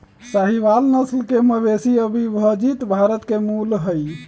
साहीवाल नस्ल के मवेशी अविभजित भारत के मूल हई